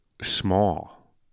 small